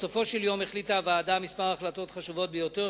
בסופו של יום החליטה הוועדה כמה החלטות חשובות ביותר